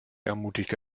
ermutigte